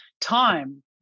time